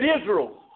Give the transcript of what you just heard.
Israel